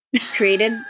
Created